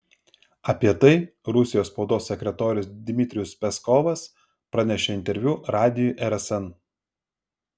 apie tai rusijos spaudos sekretorius dmitrijus peskovas pranešė interviu radijui rsn